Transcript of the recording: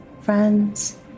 friends